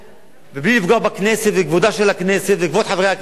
ובלי לפגוע בכנסת ובכבודה של הכנסת ובכבוד חברי הכנסת,